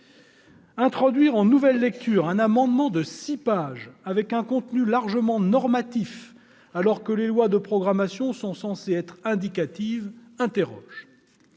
introduire en nouvelle lecture un amendement de six pages, au contenu largement normatif, alors que les lois de programmation sont censées être indicatives ...